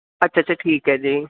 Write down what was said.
ਅੱਛਾ ਅੱਛਾ ਠੀਕ ਹੈ ਜੀ